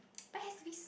but has to be s~